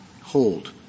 hold